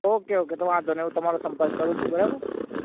okay okay તો વાંધો નહીં હું તમારો સંપર્ક કરું છું બરાબર હા